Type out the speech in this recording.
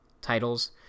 titles